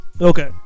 okay